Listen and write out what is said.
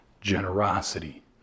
generosity